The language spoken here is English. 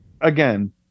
again